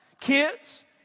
Kids